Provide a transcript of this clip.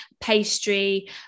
pastry